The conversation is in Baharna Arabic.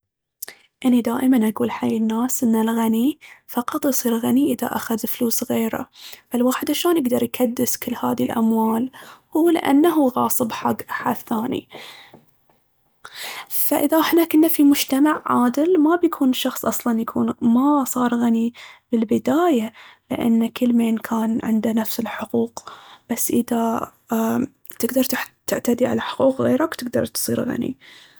أني دائماً أقول حق الناس ان الغني فقط يصير غني اذا اخذ فلوس غيره. فالواحد شلون يقدر يكدس كل هاذي الأموال؟ هو لأن هو غاصب حق أحد ثاني. فإذا احنا كنا في مجتمع عادل، ما بيكون الشخص أصلاً يكون ما صار غني من البداية لأن كل مين كان عنده نفس الحقوق. بس إذا تقدر تعتدي على حقوق غيرك تقدر تصير غني.